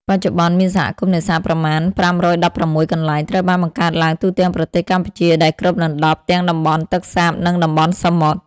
បច្ចុប្បន្ន មានសហគមន៍នេសាទប្រមាណ ៥១៦ កន្លែង ត្រូវបានបង្កើតឡើងទូទាំងប្រទេសកម្ពុជាដែលគ្របដណ្ដប់ទាំងតំបន់ទឹកសាប និងតំបន់សមុទ្រ។